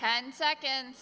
can second